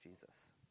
Jesus